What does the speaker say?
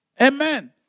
Amen